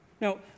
Now